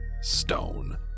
stone